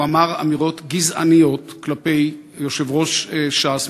הוא אמר אמירות גזעניות כלפי יושב-ראש ש"ס,